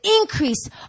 increase